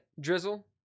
Drizzle